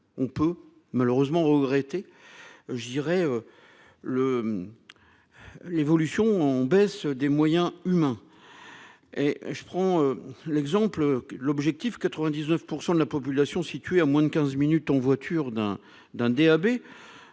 on peut malheureusement regretter. Je dirais. Le. L'évolution en baisse des moyens humains. Et je prends l'exemple l'objectif 99% de la population située à moins de 15 minutes en voiture d'un d'un